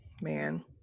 man